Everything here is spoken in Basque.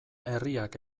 herriak